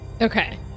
Okay